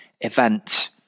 event